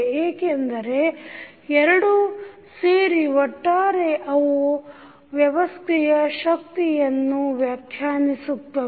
ಏಕೆಂದರೆ ಎರಡು ಸೇರಿ ಒಟ್ಟಾರೆಯಾಗಿ ಅವು ವ್ಯವಸ್ಥೆಯ ಶಕ್ತಿಯ ಸ್ಥಿತಿಯನ್ನು ವ್ಯಾಖ್ಯಾನಿಸುತ್ತವೆ